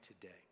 today